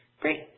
Great